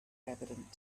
evident